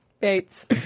Bates